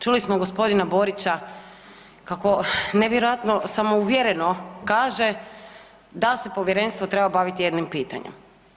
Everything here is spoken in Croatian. Čuli smo gospodina Borića kako nevjerojatno samouvjereno kaže da se povjerenstvo treba baviti jednim pitanjem.